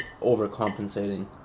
overcompensating